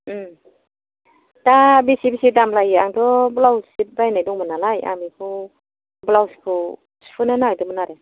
दा बेसे बेसे दाम लायो आंथ' ब्लाउस शिट बायनाय दंमोन नालाय आं बेखौ ब्लाउस खौ सुहोनो नागिरदोंमोन आरो